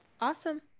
Awesome